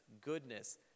goodness